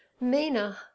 mina